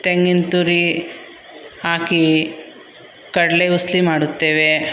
ತೆಂಗಿನ ತುರಿ ಹಾಕಿ ಕಡಲೆ ಉಸಲಿ ಮಾಡುತ್ತೇವೆ